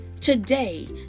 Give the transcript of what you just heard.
today